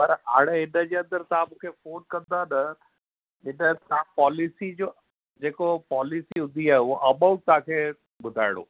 पर हाणे हिन जे अंदरु तव्हां मूंखे फोन कंदा न हिन तव्हां पॉलिसी जो जेको पोलिसी हूंदी आ उहो अमाउंट तव्हांखे ॿुधाइणो